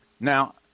Now